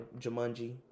Jumanji